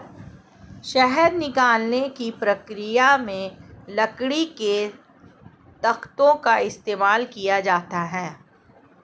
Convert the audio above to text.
शहद निकालने की प्रक्रिया में लकड़ी के तख्तों का इस्तेमाल किया जाता है